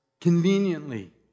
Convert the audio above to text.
Conveniently